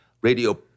Radio